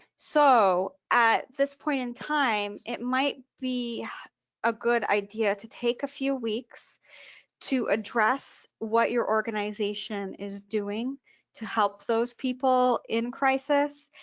so at this point in time, it might be ah good idea to take a few weeks to address what your organization is doing to help those people in crisis.